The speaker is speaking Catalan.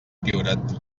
priorat